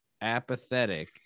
apathetic